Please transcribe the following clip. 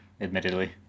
admittedly